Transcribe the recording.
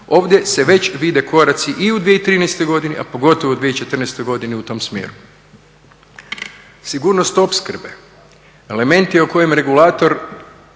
Ovdje se već vide koraci i u 2013. godini a pogotovo u 2014. godini u tom smjeru. Sigurnost opskrbe, elementi o kojima regulator